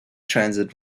transit